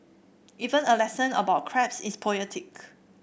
even a lesson about crabs is poetic